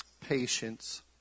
patience